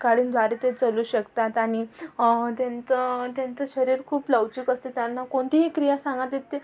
काडींद्वारे ते चालू शकतात आणि त्यांचं त्यांचं शरीर खूप लवचिक असते त्यांना कोणतीही क्रिया सांगा ते ते